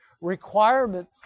requirement